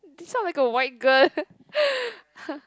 you sound like a white girl